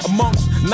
Amongst